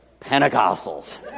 Pentecostals